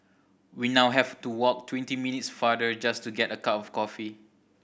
we now have to walk twenty minutes farther just to get a cup of coffee